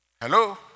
Hello